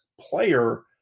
player